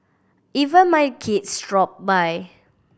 even my kids dropped by